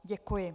Děkuji.